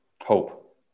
hope